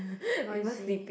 noisy